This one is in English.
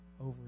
over